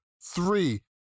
three